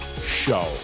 Show